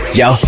yo